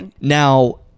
Now